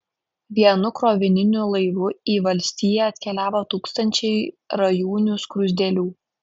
vienu krovininiu laivu į valstiją atkeliavo tūkstančiai rajūnių skruzdėlių